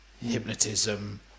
hypnotism